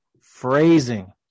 Phrasing